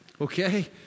Okay